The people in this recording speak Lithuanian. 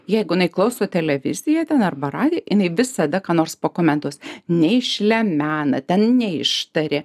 jeigu jinai klauso televiziją ten arba radiją jinai visada ką nors pakomentuos neišlemena ten neištarė